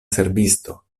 servisto